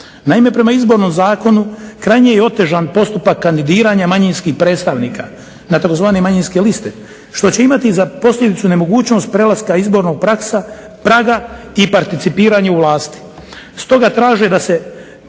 Naime, prema Izbornom zakonu krajnje je otežan postupak kandidiranja manjinskih predstavnika na tzv. manjinske liste što će imati za posljedicu nemogućnost prelaska izbornog praga i participiranje u vlasti.